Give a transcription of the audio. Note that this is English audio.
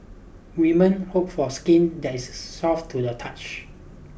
women hope for skin that is soft to the touch